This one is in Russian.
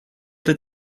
это